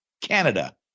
Canada